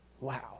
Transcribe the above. Wow